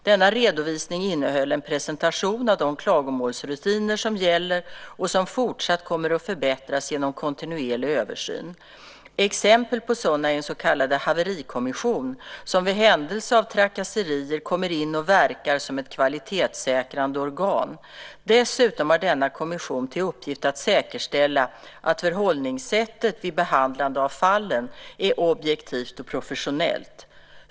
Denna redovisning innehöll en presentation av de klagomålsrutiner som gäller och som fortsatt kommer att förbättras genom kontinuerlig översyn. Exempel på sådana är en så kallad haverikommission som vid händelse av trakasserier kommer in och verkar som ett kvalitetssäkrande organ. Dessutom har denna kommission till uppgift att säkerställa att förhållningssättet vid behandlande av fallen är objektivt och professionellt.